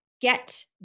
get